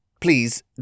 Please